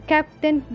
Captain